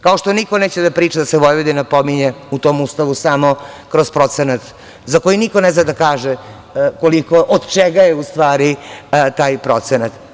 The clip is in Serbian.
Kao što niko neće da priča da se Vojvodina pominje u tom Ustavu samo kroz procenat za koji niko ne zna da kaže od čega je u stvari taj procenat.